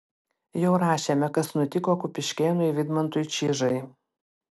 jau rašėme kas nutiko kupiškėnui vidmantui čižai